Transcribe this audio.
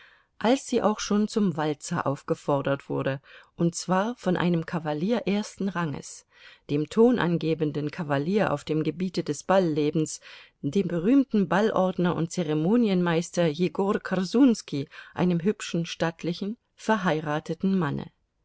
als sie auch schon zum walzer aufgefordert wurde und zwar von einem kavalier ersten ranges dem tonangebenden kavalier auf dem gebiete des ball lebens dem berühmten ballordner und zeremonienmeister jegor korsunski einem hübschen stattlichen verheirateten manne